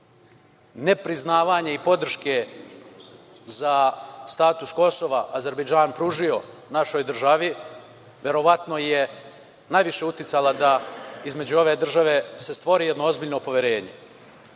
nepriznavanje i podrške za status Kosova Azerbejdžan pružio našoj državi, verovatno je najviše uticala da između ove države se stvori jedno ozbiljno poverenje. Dalje,